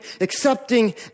accepting